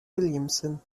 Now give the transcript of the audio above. williamson